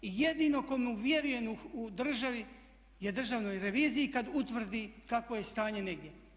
I jedino komu vjerujem u državi je Državnoj reviziji kad utvrdi kakvo je stanje negdje.